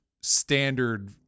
standard